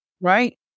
Right